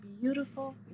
beautiful